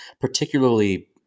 particularly